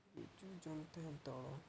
ବିଜୁ ଜନତା ଦଳ